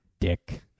Dick